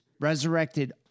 resurrected